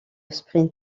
sprint